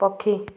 ପକ୍ଷୀ